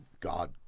God